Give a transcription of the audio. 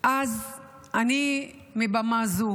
אז מבמה זו